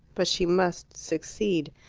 but she must succeed.